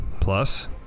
plus